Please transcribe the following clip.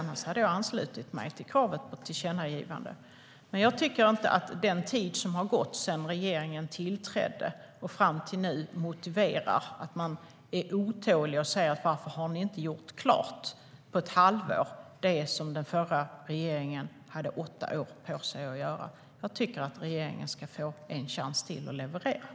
Annars hade jag anslutit mig till kravet på ett tillkännagivande.